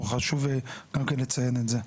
חשוב גם כן לציין את זה.